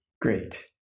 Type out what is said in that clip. great